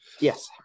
Yes